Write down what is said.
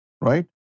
right